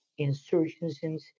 insurgencies